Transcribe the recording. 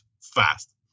fast